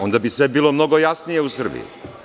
Onda bi sve bilo mnogo jasnije u Srbiji.